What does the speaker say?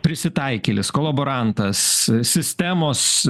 prisitaikėlis kolaborantas sistemos